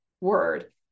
word